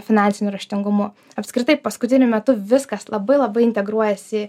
finansiniu raštingumu apskritai paskutiniu metu viskas labai labai integruojasi